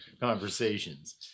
conversations